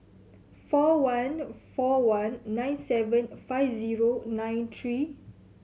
four one four one nine seven five zero nine three